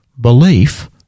belief